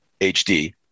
HD